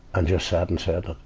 and just sat and said,